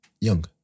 Young